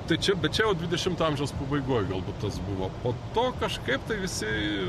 tai čia bet čia jau dvidešimto amžiaus pabaigoj galbūt tas buvo po to kažkaip tai visi